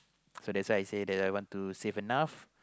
so that's why I say that I want to save enough